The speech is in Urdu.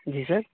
جی سر